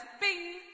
Bing